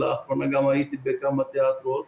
ולאחרונה הייתי בכמה תיאטראות.